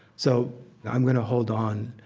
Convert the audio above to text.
so i'm going to hold on.